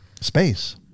space